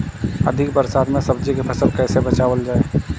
अधिक बरसात में सब्जी के फसल कैसे बचावल जाय?